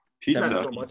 pizza